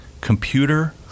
Computer